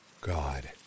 God